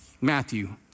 Matthew